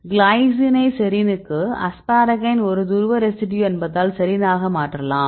கிளைசினை செரினுக்கு அஸ்பாரகைன் ஒரு துருவ ரெசிடியூ என்பதால் செரினாக மாற்றலாம்